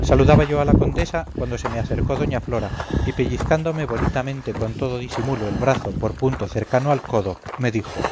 saludaba yo a la condesa cuando se me acercó doña flora y pellizcándome bonitamente con todo disimulo el brazo por punto cercano al codo me dijo